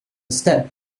step